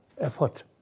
effort